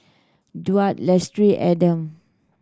Daud Lestari Adam